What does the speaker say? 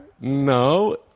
No